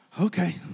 Okay